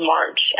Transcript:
March